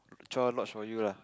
chore lodge for you lah